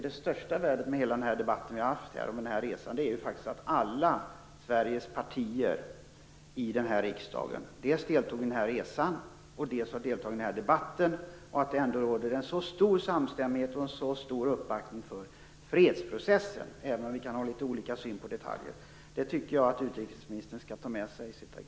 Det största värdet av vår debatt och vår resa är att alla partier i riksdagen har deltagit. Det råder en stor samstämmighet, och det finns en stor uppbackning av fredsprocessen även om vi kan ha olika syn på detaljer. Det tycker jag att utrikesministern skall ta med sig.